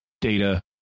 Data